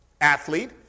athlete